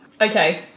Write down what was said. Okay